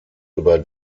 über